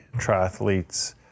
Triathletes